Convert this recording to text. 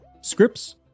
scripts